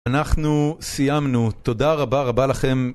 אנחנו סיימנו, תודה רבה רבה לכם